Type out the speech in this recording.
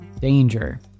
Danger